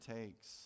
takes